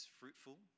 fruitful